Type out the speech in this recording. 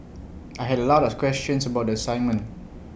I had A lot of questions about the assignment